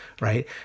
right